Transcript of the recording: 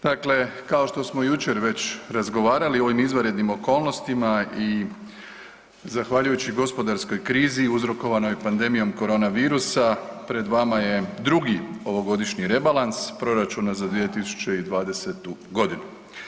Dakle, kao što smo jučer već razgovarali u ovim izvanrednim okolnostima i zahvaljujući gospodarskoj krizi uzrokovanoj pandemijom korona virusa pred vama je drugi ovogodišnji rebalans proračuna za 2020. godinu.